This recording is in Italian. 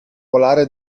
polare